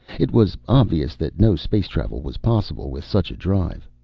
it was obvious that no space travel was possible with such a drive.